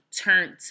turned